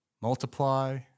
multiply